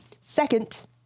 Second